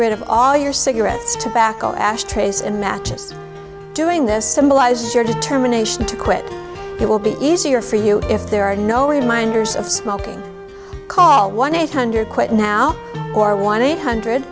rid of all your cigarettes tobacco ashtrays and matches doing this symbolize your determination to quit it will be easier for you if there are no reminders of smoking call one eight hundred quit now or one eight hundred